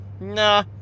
Nah